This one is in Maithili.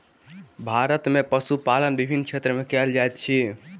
भारत में पशुपालन विभिन्न क्षेत्र में कयल जाइत अछि